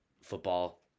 football